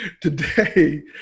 Today